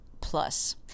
Plus